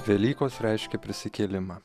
velykos reiškia prisikėlimą